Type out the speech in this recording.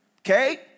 Okay